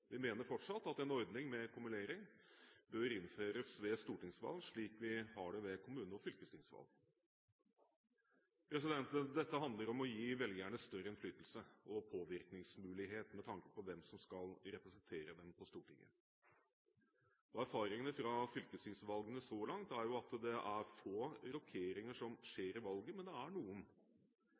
Vi mener fortsatt at en ordning med kumulering bør innføres ved stortingsvalg, slik vi har det ved kommune- og fylkestingsvalg. Dette handler om å gi velgerne større innflytelse og påvirkningsmulighet med tanke på hvem som skal representere dem på Stortinget. Erfaringene fra fylkestingsvalgene så langt er jo at det er få rokeringer som skjer i valget, men det er noen.